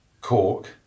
cork